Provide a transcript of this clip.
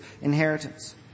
inheritance